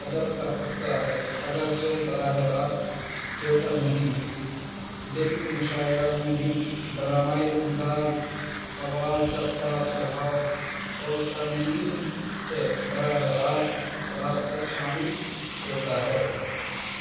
ادب کا حصہ ہے اگرچہ براہ راست تھیئیٹر نہیں ہے لیکن مشاعرہ میں بھی ڈرامائی انداز آواز کا اتار چڑھاؤ اور سامعین سے براہ راست رابطہ شامل ہوتا ہے